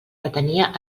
retenia